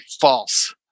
false